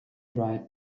write